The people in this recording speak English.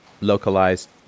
localized